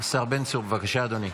השר בן צור, בבקשה, אדוני.